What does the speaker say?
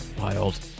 Wild